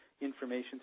information